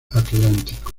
atlántico